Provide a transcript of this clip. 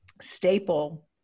staple